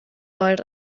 oer